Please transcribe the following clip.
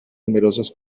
numerosas